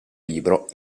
libro